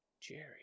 Jerry